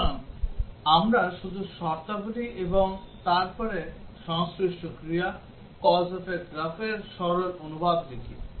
সুতরাং আমরা শুধু শর্তাবলী এবং তারপর সংশ্লিষ্ট ক্রিয়া cause effect গ্রাফের সরল অনুবাদ লিখি